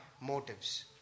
motives